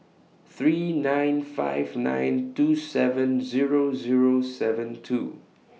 three nine five nine two seven Zero Zero seven two